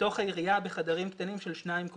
בתוך העירייה בחדרים קטנים של שניים.